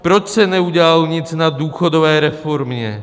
Proč se neudělalo nic na důchodové reformě?